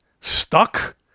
stuck